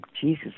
Jesus